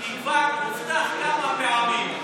כי כבר הובטח כמה פעמים.